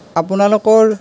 আপোনালোকৰ